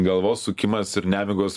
galvos sukimas ir nemigos